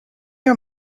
are